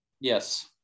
yes